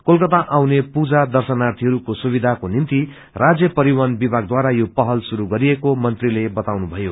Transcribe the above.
कोलकाता आउने पुजा दंशनार्थीहरूको सुवियाको निम्ति राज्य परिवहन विभागद्वारा यो पहल शुरू गरिएको मन्त्रीले बताउनुभयो